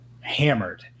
hammered